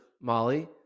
Molly